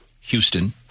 Houston